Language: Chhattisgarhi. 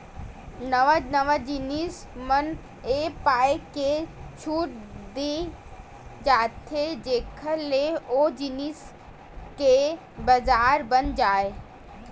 नवा नवा जिनिस म ए पाय के छूट देय जाथे जेखर ले ओ जिनिस के बजार बन जाय